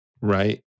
Right